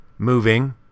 Moving